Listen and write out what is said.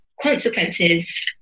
consequences